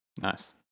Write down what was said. Nice